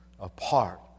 apart